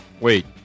Wait